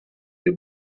des